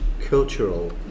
cultural